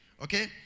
Okay